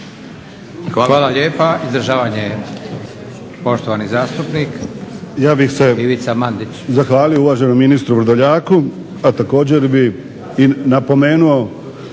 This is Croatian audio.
Hvala lijepa. Poštovani zastupnik Ivica Mandić.